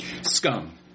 Scum